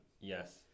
Yes